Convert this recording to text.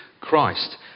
Christ